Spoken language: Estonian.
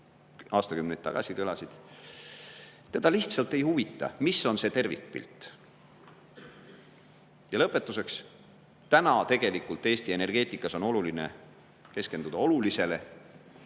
aastakümneid tagasi kõlasid. Teda lihtsalt ei huvita, missugune on tervikpilt. Ja lõpetuseks, täna tegelikult on Eesti energeetikas oluline keskenduda olulisele.